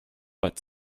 but